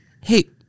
hey